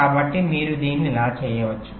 కాబట్టి మీరు దీన్ని ఎలా చేయవచ్చు